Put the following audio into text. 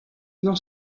not